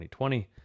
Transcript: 2020